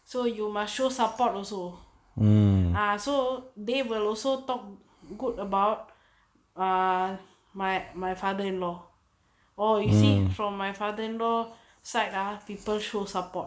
so you must sure support also ah so they will also talk good about err my my father-in-law or you see from my father-in-law side ah people show support